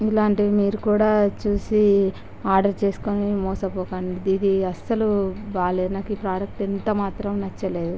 ఇలాంటివి మీరు కూడా చూసి ఆర్డర్ చేసుకొని మోసపోకండి ఇది అస్సలు బాగాలేదు నాకు ఈ ప్రొడెక్టు ఎంతమాత్రము నచ్చలేదు